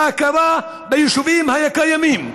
ההכרה ביישובים הקיימים.